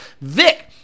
Vic